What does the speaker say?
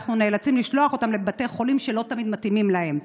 אנחנו נאלצים לשלוח אותם לבתי חולים שלא תמיד מתאימים להם.